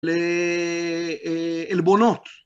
‫לעלבונות.